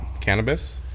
cannabis